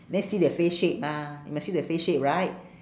then see their face shape mah you must see the face shape right